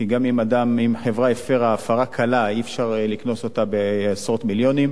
כי אם חברה הפירה הפרה קלה אי-אפשר לקנוס אותה בעשרות מיליונים,